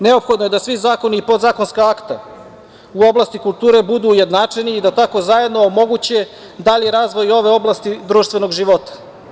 Neophodno je da svi zakoni i podzakonska akta u oblasti kulture budu ujednačeni i da tako zajedno omoguće dalji razvoj i ove oblasti društvenog života.